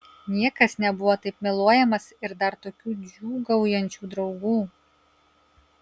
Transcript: niekas nebuvo taip myluojamas ir dar tokių džiūgaujančių draugų